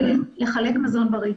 יש כאן אמירה לחלק מזון בריא,